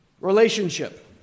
relationship